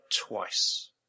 twice